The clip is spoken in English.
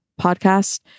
podcast